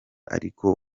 ariko